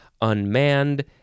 unmanned